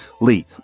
lee